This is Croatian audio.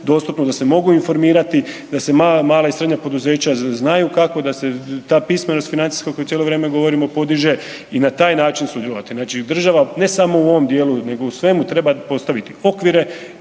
da se mogu informirati, da se mala i srednja poduzeća znaju kako, da se ta pismenost financijska o kojoj cijelo vrijeme govorimo podiže i na taj način sudjelovati. Znači država ne samo u ovom dijelu nego u svemu treba postaviti okvire